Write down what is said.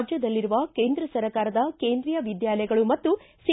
ರಾಜ್ಬದಲ್ಲಿರುವ ಕೇಂದ್ರ ಸರ್ಕಾರದ ಕೇಂದ್ರೀಯ ವಿದ್ವಾಲಯಗಳು ಮತ್ತು ಸಿ